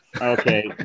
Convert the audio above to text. Okay